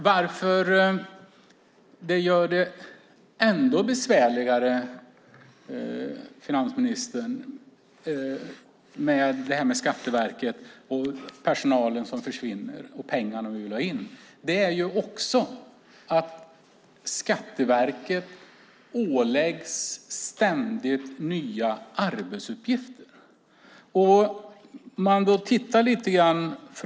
Det som gör det ännu besvärligare med Skatteverket, personalen som försvinner och pengarna vi vill ha in är att Skatteverket ständigt åläggs nya arbetsuppgifter, finansministern.